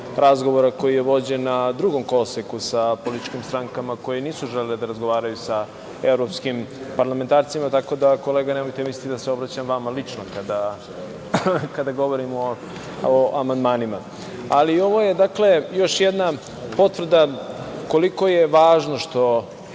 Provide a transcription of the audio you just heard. razgovora koji je vođen na drugom koloseku sa političkim strankama koje nisu želele da razgovaraju sa evropskim parlamentarcima, tako da kolega nemojte misliti da se obraćam vama lično kada govorim o amandmanima. Dakle, ovo je još jedna potvrda koliko je važno što